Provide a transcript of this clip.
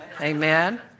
Amen